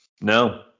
No